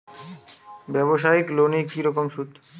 ব্যবসায়িক লোনে কি রকম সুদ?